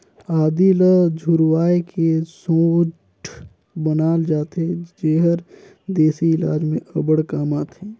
आदी ल झुरवाए के सोंठ बनाल जाथे जेहर देसी इलाज में अब्बड़ काम आथे